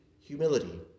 humility